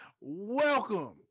welcome